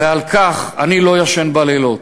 ומשום כך אני לא ישן בלילות.